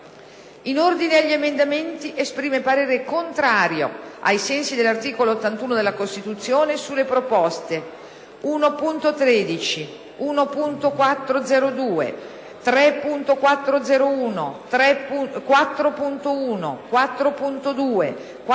In ordine agli emendamenti esprime parere contrario, ai sensi dell'articolo 81 della Costituzione, sulle proposte 1.13, 1.402, 3.401, 4.1, 4.2, 4.3,